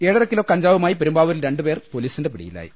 ഏഴരക്കിലോ കഞ്ചാവുമായി പെരുമ്പാവൂരിൽ രണ്ടുപേർ പൊലീ സിന്റെ പിടിയിലായി